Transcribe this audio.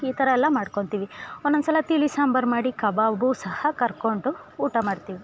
ಈ ಥರ ಎಲ್ಲ ಮಾಡ್ಕೊತೀವಿ ಒಂದೊಂದ್ ಸಲ ತಿಳಿ ಸಾಂಬಾರು ಮಾಡಿ ಕಬಾಬು ಸಹ ಕರ್ಕೊಂಡು ಊಟ ಮಾಡ್ತೀವಿ